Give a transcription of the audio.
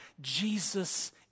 Jesus